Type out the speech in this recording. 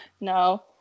No